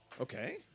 Okay